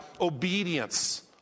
obedience